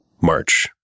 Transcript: march